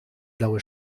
blaue